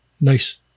nice